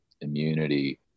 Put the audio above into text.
immunity